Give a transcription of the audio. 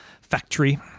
factory